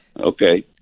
okay